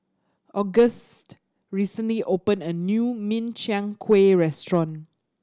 Auguste recently opened a new Min Chiang Kueh restaurant